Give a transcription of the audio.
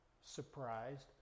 surprised